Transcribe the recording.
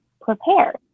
prepared